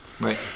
Right